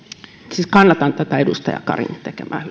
kannatan tätä edustaja karin tekemää